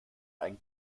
ein